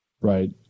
right